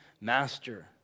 master